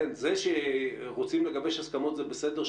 זה שרוצים לגבש הסכמות זה בסדר.